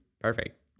perfect